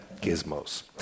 gizmos